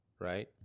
Right